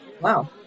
Wow